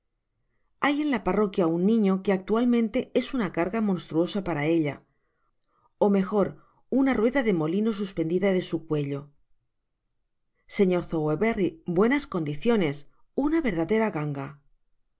hay en la parroquia un niño que actualmente es una carga monstruosa para ella ó mejor una rueda de molino suspendida de su cuello señor sowerberry buenas condiciones una verdadera ganga